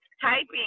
typing